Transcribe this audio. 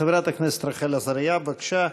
חברת הכנסת רחל עזריה, בבקשה.